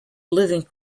living